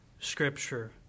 scripture